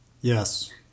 Yes